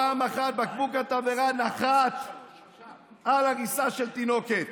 פעם אחת בקבוק התבערה נחת על עריסה של תינוקת,